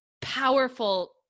powerful